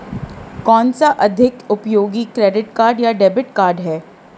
कौनसा अधिक उपयोगी क्रेडिट कार्ड या डेबिट कार्ड है?